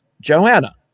Joanna